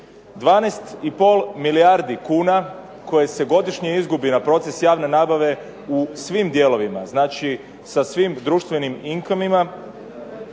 pol milijardi kuna koje se godišnje izgubi na proces javne nabave u svim dijelovima, znači sa svim društvenim inkomima